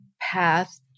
path